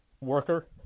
worker